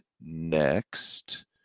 next